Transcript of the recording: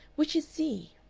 which is c?